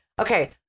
Okay